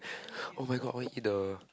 [oh]-my-god I want eat the